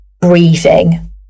breathing